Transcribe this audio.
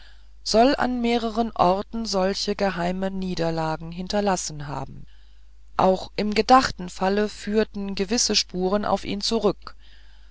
soll an mehreren orten solche geheime niederlagen hinterlassen haben auch im gedachten falle führten gewisse spuren auf ihn zurück